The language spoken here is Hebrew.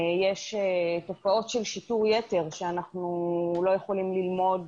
יש תופעות של שיטור יתר שאנחנו לא יכולים ללמוד